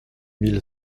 mille